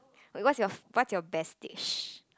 wait what's your what's your best dish